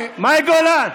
מאי גולן.